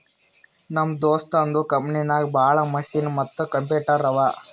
ನಮ್ ದೋಸ್ತದು ಕಂಪನಿನಾಗ್ ಭಾಳ ಮಷಿನ್ ಮತ್ತ ಕಂಪ್ಯೂಟರ್ ಅವಾ